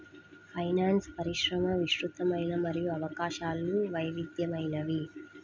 finance పరిశ్రమ విస్తృతమైనది మరియు అవకాశాలు వైవిధ్యమైనవి